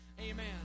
Amen